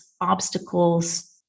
obstacles